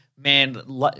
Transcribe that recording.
Man